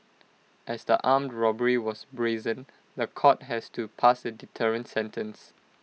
as the armed robbery was brazen The Court has to pass A deterrent sentence